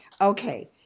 Okay